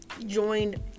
joined